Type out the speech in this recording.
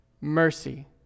mercy